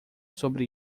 sobre